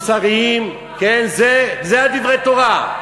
לא, זה לא דברי תורה.